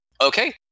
Okay